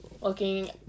looking